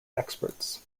experts